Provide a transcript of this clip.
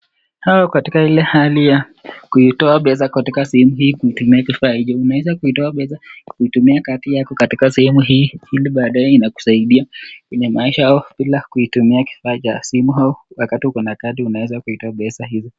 Hawa wako katika hali ya kuitoa pesa katika sehemu hii kutumia kifaa hicho, unaweza kutumia pesa kutumia kadi katika sehemu hii hili baadae inakusaidia kwenye maisha au bila kuitumia kifaa cha simu au wakati uko na kadi unaweza kuitoa pesa hiyo.